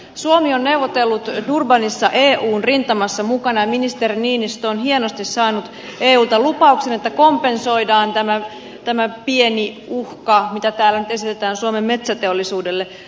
suomi on neuvotellut durbanissa eun rintamassa mukana ja ministeri niinistö on hienosti saanut eulta lupauksen että kompensoidaan tämä pieni uhka mitä täällä nyt esitetään suomen metsäteollisuudelle